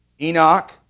Enoch